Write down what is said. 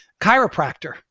chiropractor